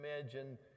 imagine